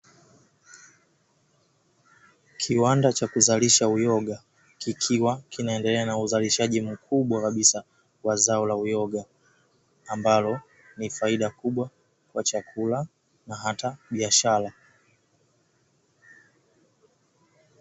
Kiwanda cha kuzalisha uyoga, kikiwa kinaendelea na uzalishaji mkubwa kabisa wa zao la uyoga, ambalo ni faida kubwa kwa chakula na hata biashara.